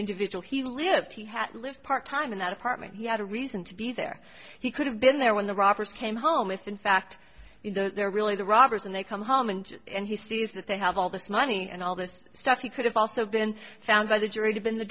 individual he lived he had lived part time in that apartment he had a reason to be there he could have been there when the robbers came home if in fact they're really the robbers and they come home and and he sees that they have all this money and all this stuff he could have also been found by the jury to been the